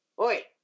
Oi